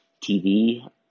TV